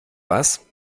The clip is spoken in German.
was